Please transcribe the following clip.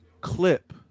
clip